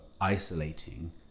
isolating